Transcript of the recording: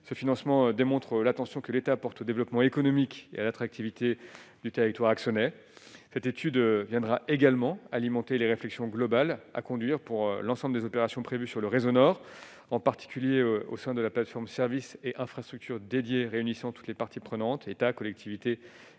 ce financement démontre l'attention que l'État porte, développement économique et à l'attractivité du territoire axonais cette étude viendra également alimenter les réflexions globales à conduire pour l'ensemble des opérations prévues sur le réseau Nord en particulier au sein de la plateforme, services et infrastructures dédiées réunissant toutes les parties prenantes, État, collectivités